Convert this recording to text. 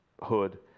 Hood